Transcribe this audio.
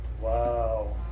Wow